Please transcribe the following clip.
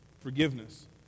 forgiveness